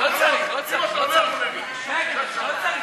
לא צריך, לא צריך, לא צריך.